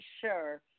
sure